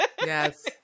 yes